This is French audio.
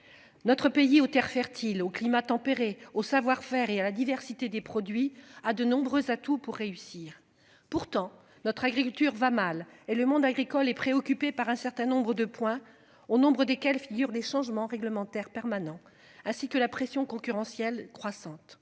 Notre pays aux Terres fertiles au climat tempéré au savoir-faire et à la diversité des produits à de nombreux atouts pour réussir. Pourtant notre agriculture va mal et le monde agricole est préoccupé par un certain nombre de points au nombre desquels figurent des changements réglementaires permanent ainsi que la pression concurrentielle croissante,